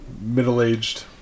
middle-aged